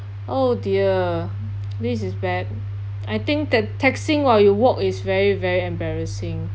oh dear this is bad I think te~ texting while you walk is very very embarrassing